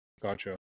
gotcha